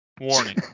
Warning